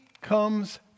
comes